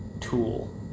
tool